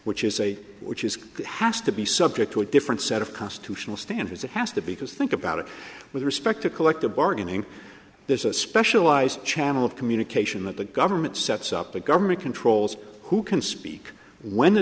which is a which is has to be subject to a different set of constitutional standards it has to because think about it with respect to collective bargaining there's a specialized channel of communication that the government sets up the government controls who can speak when the